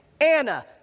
Anna